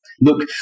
Look